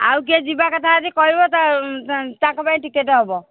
ଆଉ କିଏ ଯିବା କଥା ଯଦି କହିବ ତାଙ୍କ ପାଇଁ ଟିକେଟ୍ ହେବ